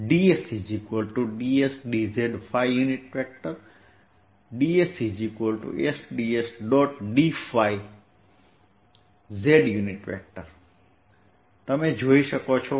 તમે આને અંતર વર્ગ યુનિટ તરીકે જોઈ શકો છો